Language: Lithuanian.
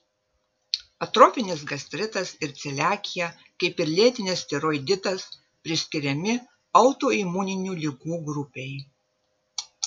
atrofinis gastritas ir celiakija kaip ir lėtinis tiroiditas priskiriami autoimuninių ligų grupei